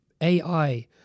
AI